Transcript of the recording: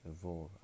evolve